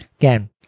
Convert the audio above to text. Again